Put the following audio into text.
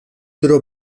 tro